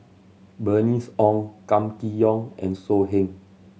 Bernice Ong Kam Kee Yong and So Heng